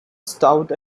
stout